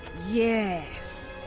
yes.